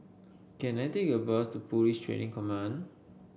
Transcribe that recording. can I take a bus to Police Training Command